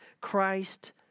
Christ